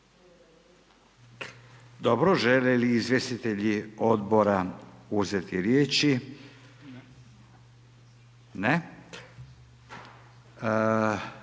žele li izvjestitelji odbora uzeti riječ? Ako